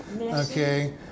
Okay